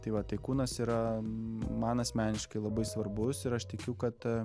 tai va tai kūnas yra man asmeniškai labai svarbus ir aš tikiu kad